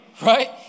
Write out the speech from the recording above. right